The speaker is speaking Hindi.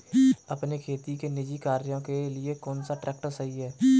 अपने खेती के निजी कार्यों के लिए कौन सा ट्रैक्टर सही है?